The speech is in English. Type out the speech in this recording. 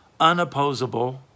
unopposable